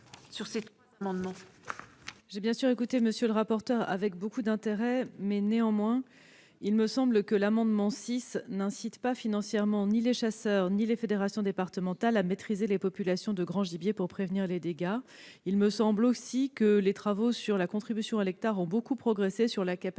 sur ces trois amendements.